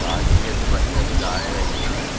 शादी है तो बच्चा तो जाएगा ही ना मैम